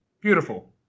beautiful